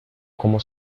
cómo